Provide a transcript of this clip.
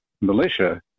militia